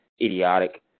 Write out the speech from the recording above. idiotic